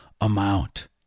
amount